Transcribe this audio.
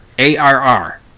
A-R-R